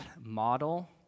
model